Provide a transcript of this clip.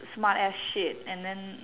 smartass shit and then